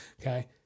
Okay